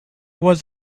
was